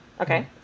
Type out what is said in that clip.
okay